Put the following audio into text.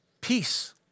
Peace